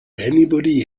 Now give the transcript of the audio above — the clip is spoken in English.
anybody